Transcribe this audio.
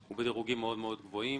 הוא בדירוגים מאוד מאוד גבוהים